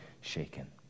shaken